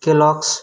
Kellogg's